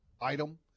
item